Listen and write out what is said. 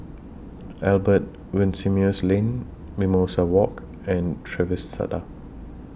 Albert Winsemius Lane Mimosa Walk and Trevista